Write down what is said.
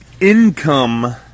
income